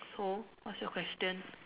so what's your question